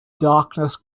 darkness